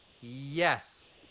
Yes